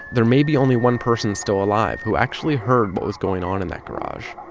there may be only one person still alive who actually heard what was going on in that garage.